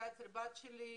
בכיתה של הבת שלי למשל,